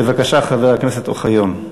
בבקשה, חבר הכנסת אוחיון.